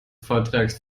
vortrages